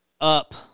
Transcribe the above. up